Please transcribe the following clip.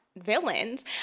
villains